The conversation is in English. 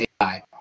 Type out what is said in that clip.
AI